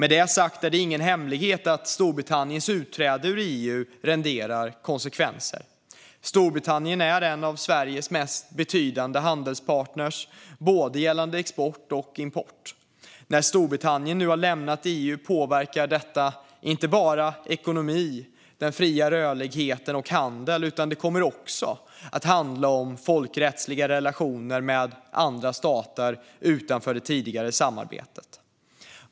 Det är dock ingen hemlighet att Storbritanniens utträde ur EU renderar i konsekvenser. Storbritannien är en av Sveriges mest betydande handelspartner, gällande både export och import. När Storbritannien nu har lämnat EU påverkar det inte bara ekonomin, den fria rörligheten och handeln, utan det kommer också att handla om folkrättsliga relationer med andra stater utanför det tidigare samarbetet.